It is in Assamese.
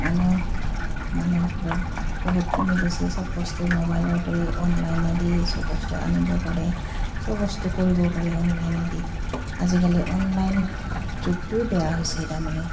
মানুহ মানুহ বহুত কমি গৈছে চব বস্তুৱে মোবাইলতে অনলাইনে দিয়ে চব বস্তু আনিব পাৰে চব বস্তু কৰিব পাৰে অনলাইনে দি আজিকালি অনলাইন যুগটোৱে বেয়া হৈছে তাৰমানে